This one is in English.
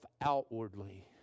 outwardly